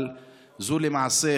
אבל זו למעשה,